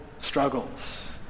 struggles